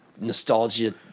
nostalgia